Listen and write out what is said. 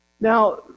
Now